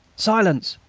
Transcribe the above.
silence!